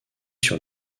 sur